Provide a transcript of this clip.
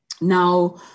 Now